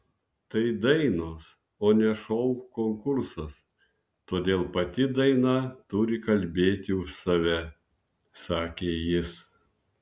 tai dainos o ne šou konkursas todėl pati daina turi kalbėti už save sakė jis